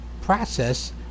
process